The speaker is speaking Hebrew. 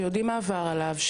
שיודעים מה עבר אליו.